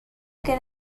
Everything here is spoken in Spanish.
que